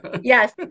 yes